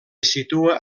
situa